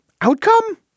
Outcome